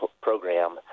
program